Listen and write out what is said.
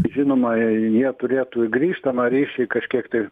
žinoma jie turėtų grįžtamą ryšį kažkiek tai